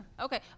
Okay